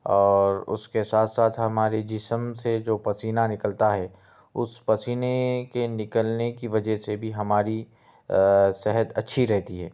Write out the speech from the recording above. اور اس کے ساتھ ساتھ ہمارے جسم سے جو پسینہ نکلتا ہے اس پسینے کے نکلنے کی وجہ سے بھی ہماری صحت اچھی رہتی ہے